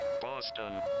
Boston